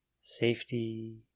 Safety